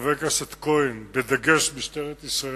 לחבר הכנסת כהן, בדגש משטרת ישראל,